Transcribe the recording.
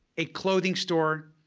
a clothing store,